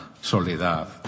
soledad